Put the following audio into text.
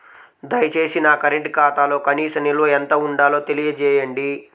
దయచేసి నా కరెంటు ఖాతాలో కనీస నిల్వ ఎంత ఉండాలో తెలియజేయండి